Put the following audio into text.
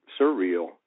surreal